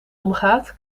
omgaat